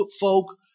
folk